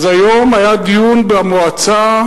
אז היום היה דיון במועצה,